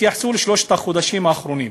התייחסו לשלושת החודשים האחרונים.